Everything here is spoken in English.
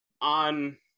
on